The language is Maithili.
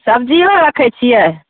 सब्जियो रक्खै छियै